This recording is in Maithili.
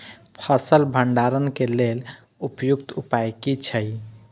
फसल भंडारण के लेल उपयुक्त उपाय कि छै?